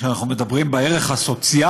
כשאנחנו מדברים על הערך הסוציאלי,